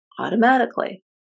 automatically